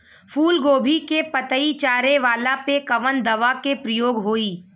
फूलगोभी के पतई चारे वाला पे कवन दवा के प्रयोग होई?